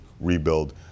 rebuild